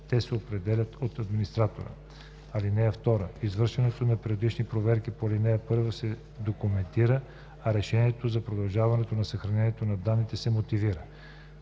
те се определят от администратора. (2) Извършването на периодична проверка по ал. 1 се документира, а решението за продължаване на съхранението на данните се мотивира.